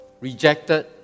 Rejected